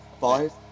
Five